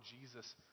Jesus